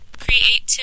creativity